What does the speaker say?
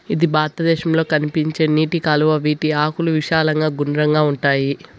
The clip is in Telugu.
ఇది భారతదేశంలో కనిపించే నీటి కలువ, వీటి ఆకులు విశాలంగా గుండ్రంగా ఉంటాయి